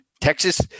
Texas